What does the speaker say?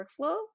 workflow